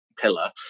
Pillar